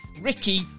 ricky